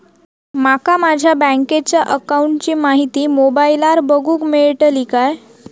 माका माझ्या बँकेच्या अकाऊंटची माहिती मोबाईलार बगुक मेळतली काय?